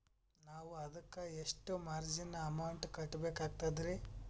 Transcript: ನಾವು ಅದಕ್ಕ ಎಷ್ಟ ಮಾರ್ಜಿನ ಅಮೌಂಟ್ ಕಟ್ಟಬಕಾಗ್ತದ್ರಿ?